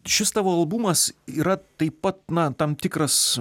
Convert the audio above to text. šis tavo albumas yra taip pat na tam tikras